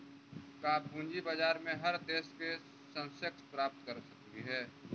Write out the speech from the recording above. का पूंजी बाजार में हर देश के सेंसेक्स पता कर सकली हे?